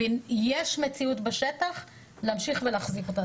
ויש מציאות בשטח - להמשיך ולהחזיק אותה.